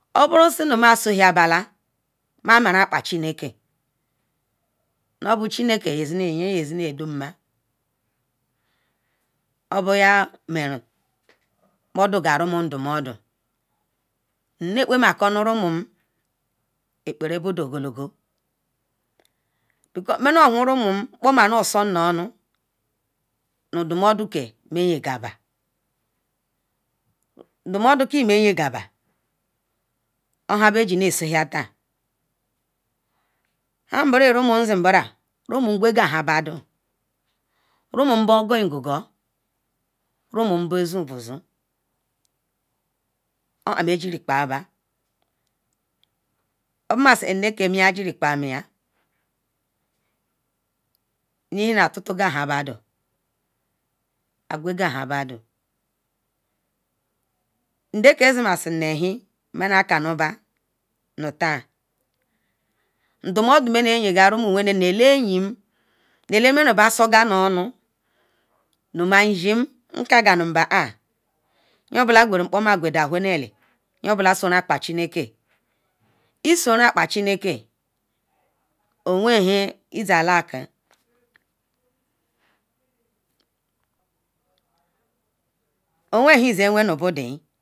Oboro sima soya bala mamarun akpa chinke nu bo chineke yesinuel oboya meru nundo rumun ndomodo nnekpa massi no ruman ekpara bodo ologolo nono hen rumun nkpoma no sonu onu ndo modo mayingaba nudo modo kee meyin gaba ohan begin noso ya tan an rumu zimbra rumon gugal han badon rumun bogongugo rumun bozon bozan obo a megerikpa ba obo an nne miyan jri zoyin nde ke zimassin ahan ndomodo mini yin ga maela yim ma ela manuba soganu onu ma ishim nka ganu ba an yonbola guru mkpo ma gudo hole nu eli yo bola sorunu akpan chi neke isoruekpan chine ke ozi nhan iya lazkil owen hanzin wenubudin